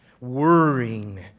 Worrying